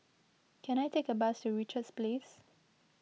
can I take a bus to Richards Place